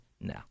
no